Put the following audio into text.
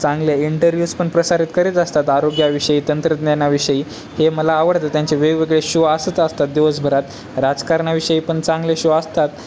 चांगले इंटरव्ह्यूज पण प्रसारित करीत असतात आरोग्याविषयी तंत्रज्ञानाविषयी हे मला आवडतं त्यांचे वेगवेगळे शो असत असतात दिवसभरात राजकारणाविषयीपण चांगले शो असतात